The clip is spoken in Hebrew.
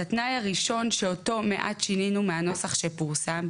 התנאי הראשון שאותו מעט שינינו מהנוסח שפורסם,